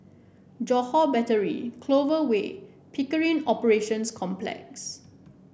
Johore Battery Clover Way Pickering Operations Complex